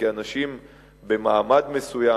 כי אנשים במעמד מסוים,